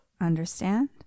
understand